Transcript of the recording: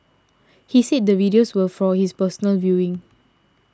he said the videos were for his personal viewing